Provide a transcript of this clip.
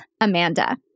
Amanda